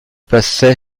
passait